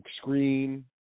screen